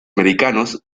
americanos